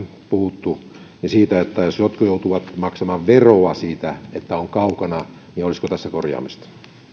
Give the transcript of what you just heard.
puhuttu että jos jotkut joutuvat maksamaan veroa siitä että on kaukana niin olisiko tässä korjaamista